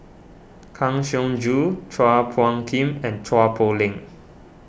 Kang Siong Joo Chua Phung Kim and Chua Poh Leng